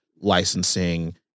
licensing